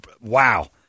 wow